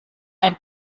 ein